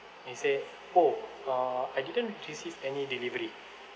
he say oh uh I didn't receive any delivery